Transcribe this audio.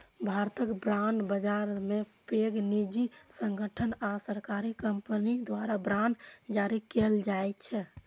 भारतक बांड बाजार मे पैघ निजी संगठन आ सरकारी कंपनी द्वारा बांड जारी कैल जाइ छै